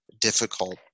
difficult